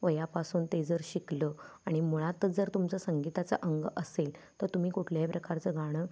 वयापासून ते जर शिकलं आणि मुळातच जर तुमचं संगीताचं अंग असेल तर तुम्ही कुठल्याही प्रकारचं गाणं